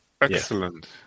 Excellent